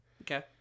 Okay